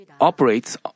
operates